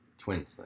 Twins